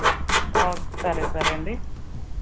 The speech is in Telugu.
ఓకే సరే సరే అండి